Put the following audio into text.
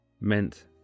meant